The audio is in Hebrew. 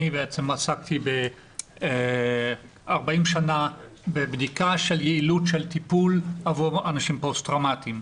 אני עסקתי 40 שנה בבדיקה של יעילות של טיפול עבור אנשים פוסט טראומטיים.